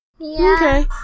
Okay